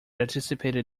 anticipated